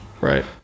Right